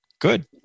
good